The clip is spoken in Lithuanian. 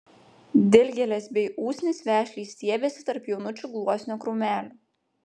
dilgėlės bei usnys vešliai stiebėsi tarp jaunučių gluosnio krūmelių